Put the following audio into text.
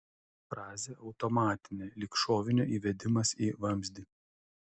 frazė automatinė lyg šovinio įvedimas į vamzdį